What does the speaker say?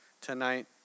tonight